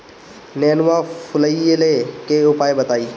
नेनुआ फुलईले के उपाय बताईं?